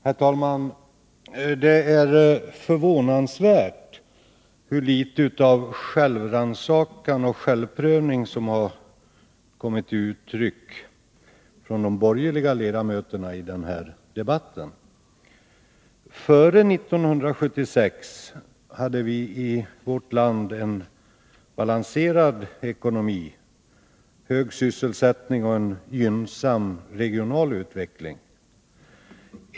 Herr talman! Det är förvånansvärt hur litet av självrannsakan och självprövning som har kommit till uttryck från de borgerliga ledamöterna i denna debatt. Före 1976 hade vi i vårt land en balanserad ekonomi, hög sysselsättning och en gynnsam regional utveckling.